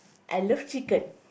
I love chicken